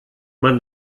man